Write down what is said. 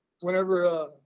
whenever